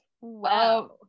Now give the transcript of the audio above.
wow